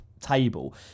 table